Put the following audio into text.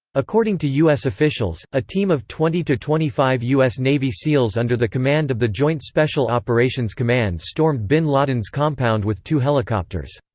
according to us officials, a team of twenty twenty five us navy seals under the command of the joint special operations command stormed bin laden's compound with two helicopters.